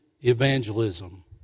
evangelism